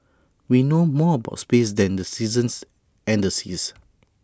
we know more about space than the seasons and the seas